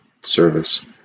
service